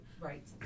Right